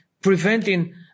preventing